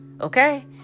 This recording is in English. Okay